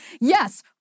yes